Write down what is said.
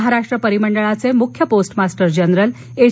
महाराष्ट्र परीमंडळाचे मुख्य postmaster general H